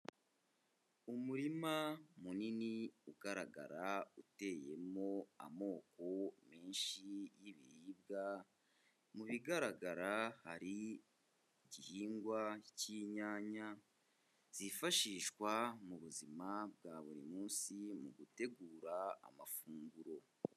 Umurima munini ugaragara uteyemo amoko menshi y'ibiribwa, mu bigaragara hari igihingwa cy'inyanya, zifashishwa mu buzima bwa buri munsi mu gutegura amafunguro.